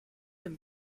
and